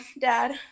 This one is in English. dad